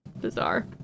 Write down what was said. bizarre